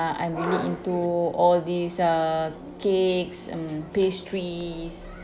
uh I'm really into all these uh cakes mm pastries